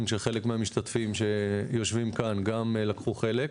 שחלק מהמשתתפים שיושבים כאן גם לקחו בו חלק.